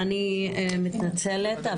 אני מתנצלת,